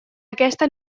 aquesta